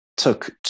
Took